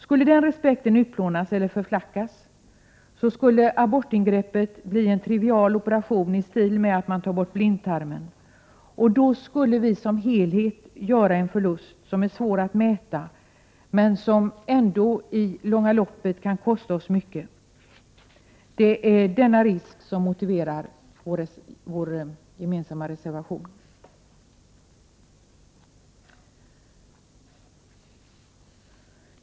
Skulle den respekten utplånas eller förflackas, skulle abortingreppet bli en trivial operation i stil med att ta bort blindtarmen, då skulle vi som helhet göra en förlust som är svår att mäta men som ändå i det långa loppet kan kosta oss mycket. Det är denna risk som motiverar vår gemensamma reservation.